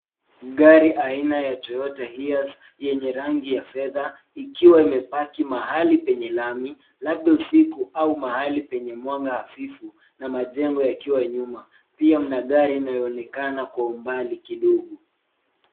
Gari aina ya Toyota Hiace yenye rangi ya fedha ikiwa imepaki mahali penye lami labda usiku au mahali penye mwanga hafifu na majengo yakiwa nyuma. Pia mna gari inayoonekana kwa umbali kidogo.